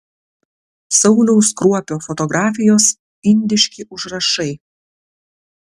sauliaus kruopio fotografijos indiški užrašai